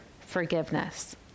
forgiveness